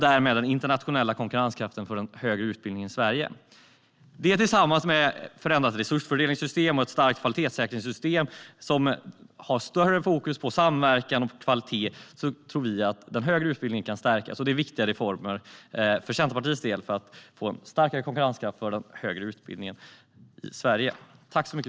Därmed kan den internationella konkurrenskraften för den högre utbildningen i Sverige stärkas. Vi tror att detta tillsammans med ett förändrat resursfördelningssystem och ett starkt kvalitetssäkringssystem som har större fokus på samverkan och kvalitet kan stärka den högre utbildningen. Det är viktiga reformer för Centerpartiets del för att få en starkare konkurrenskraft för den högre utbildningen i Sverige.